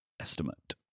estimate